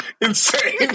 insane